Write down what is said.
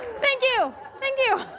thank you. thank you.